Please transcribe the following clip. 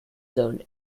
zone